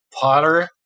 Potter